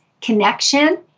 connection